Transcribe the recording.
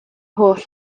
holl